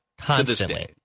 Constantly